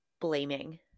blaming